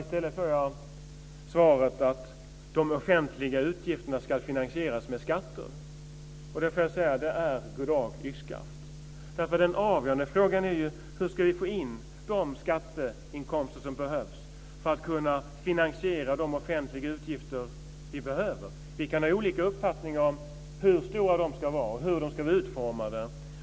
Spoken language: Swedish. I stället får jag svaret att de offentliga utgifterna ska finansieras med skatter. Det är goddag yxskaft. Den avgörande frågan är ju hur vi ska få in de skatteinkomster som behövs för att kunna finansiera de offentliga utgifter vi behöver. Vi kan ha olika uppfattningar om hur stora de ska vara och hur de ska vara utformade.